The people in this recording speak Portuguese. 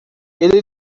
ele